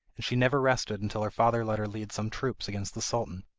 and she never rested until her father let her lead some troops against the sultan.